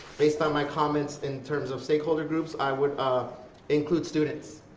based on my comments in terms of stakeholder groups i would ah include students.